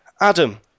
Adam